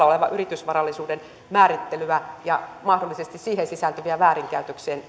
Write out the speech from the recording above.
olevaa yritysvarallisuuden määrittelyä ja mahdollisesti siihen sisältyviä väärinkäytöksien